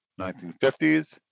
1950s